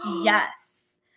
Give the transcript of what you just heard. Yes